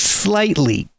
slightly